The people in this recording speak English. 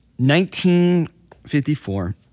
1954